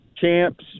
Champs